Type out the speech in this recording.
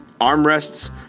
armrests